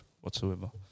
whatsoever